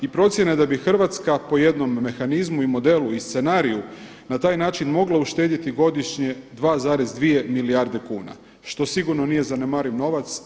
I procjena je da bi Hrvatska po jednom mehanizmu i modelu i scenariju na taj način mogla uštedjeti godišnje 2,2 milijarde kuna što sigurno nije zanemariv novac.